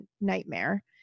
nightmare